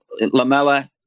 Lamella